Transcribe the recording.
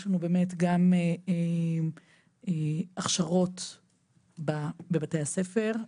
יש לנו באמת גם הכשרות בבתי הספר,